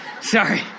Sorry